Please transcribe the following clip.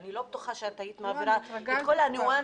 ואני לא בטוחה שאת היית מעבירה את כל הניואנסים